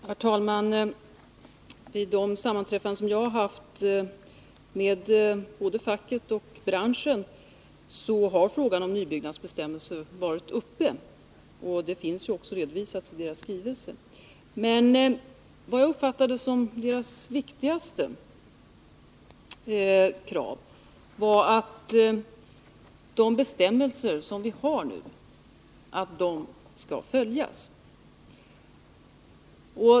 Herr talman! Vid de sammanträffanden som vi haft med både facket och branschen har frågan om nybyggnadsbestämmelser varit uppe, och det finns också redovisat i deras skrivelse. Men det som jag uppfattade som deras viktigaste krav var att de bestämmelser vi nu har skall följas.